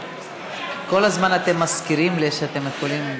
כל הזמן אתם מזכירים לי שאתם יכולים.